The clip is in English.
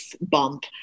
bump